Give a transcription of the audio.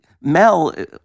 Mel